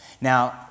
Now